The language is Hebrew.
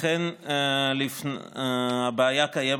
אכן הבעיה קיימת,